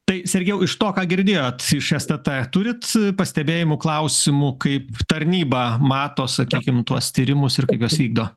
tai sergejau iš to ką girdėjot iš sst turite pastebėjimų klausimų kaip tarnyba mato sakykim tuos tyrimus ir kaip juos vykdo